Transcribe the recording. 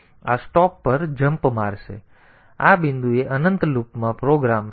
તેથી તે આ સ્ટોપ પર જમ્પ મારશે અને અહીં આ બિંદુએ અનંત લૂપમાં પ્રોગ્રામ